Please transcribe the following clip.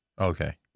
Okay